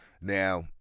now